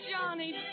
Johnny